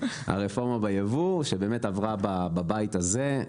הרפורמה בייבוא שבאמת עברה בבית הזה,